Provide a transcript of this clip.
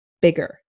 bigger